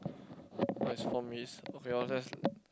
oh it's four minutes okay I'll just